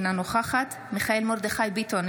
אינה נוכחת מיכאל מרדכי ביטון,